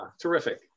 terrific